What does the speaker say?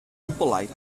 impolite